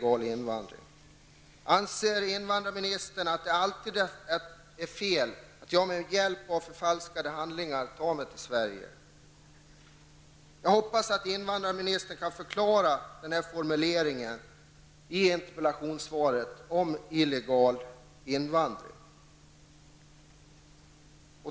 Anser invandrarministern att det alltid är fel att någon med hjälp av förfalskade handlingar tar sig till Sverige? Jag hoppas att invandrarministern kan förklara denna formulering i interpellationssvaret om illegal invandring.